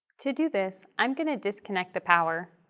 to do this, i'm going to disconnect the power